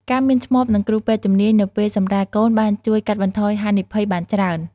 ការមានឆ្មបនិងគ្រូពេទ្យជំនាញនៅពេលសម្រាលកូនបានជួយកាត់បន្ថយហានិភ័យបានច្រើន។